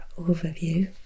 overview